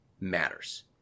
matters